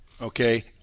Okay